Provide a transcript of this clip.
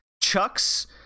chucks